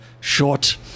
short